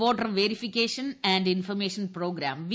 voter verification and information programme V